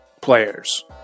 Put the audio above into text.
players